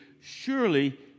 surely